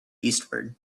eastward